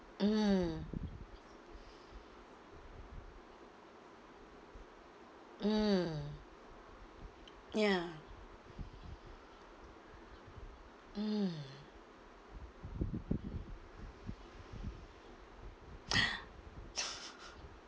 mm mm ya mm